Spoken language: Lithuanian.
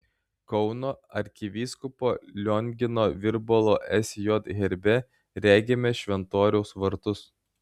kauno arkivyskupo liongino virbalo sj herbe regime šventoriaus vartus